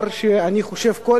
הפכת סדין